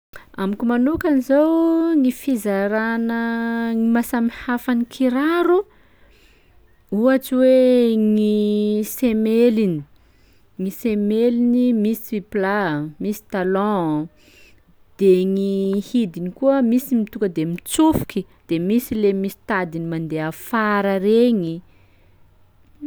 Amiko manokany zao gny fizarana gny mahasamihafa ny kiraro: ohatsy hoe gny semeliny, ny semeliny misy plat a, misy talon; de gny hidiny koa misy ny tonga de mitsofoky de misy le misy tadiny mandeha afara regny.